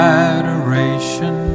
adoration